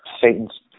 Satan's